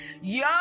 yo